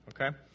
Okay